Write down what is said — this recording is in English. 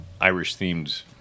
Irish-themed